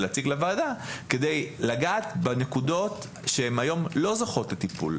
ולהציג לוועדה כדי לגעת בנקודות שהיום לא זוכות לטיפול,